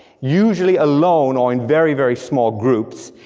usually alone, or in very, very small groups,